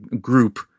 group